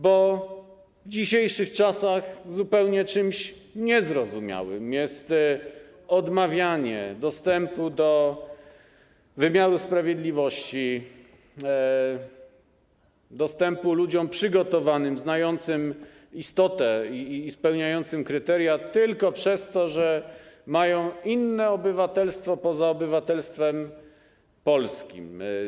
Bo w dzisiejszych czasach czymś zupełnie niezrozumiałym jest odmawianie dostępu do wymiaru sprawiedliwości ludziom przygotowanym, znającym istotę i spełniającym kryteria, tylko dlatego że mają inne obywatelstwo poza obywatelstwem polskim.